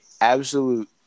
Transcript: absolute